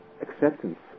acceptance